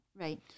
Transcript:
Right